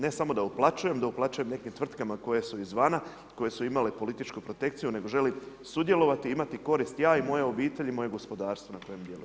Ne samo da uplaćujem, da uplaćujem nekih tvrtkama koje su izvana koje su imale političku protekciju, nego želim sudjelovati i imati korist ja i moja obitelj i moje gospodarstvo na kojem djelujem.